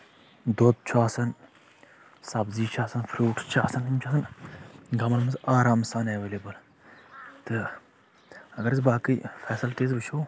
دۄد چھُ آسان سَبزی چھِ آسان فروٗٹس چھِ آسان یم چھِ آسان گامَن منٛز آرام سان اٮ۪ولیبٕل تہٕ اَگرأسۍ باقٕے فیٚسَلٹیٖز وُچھو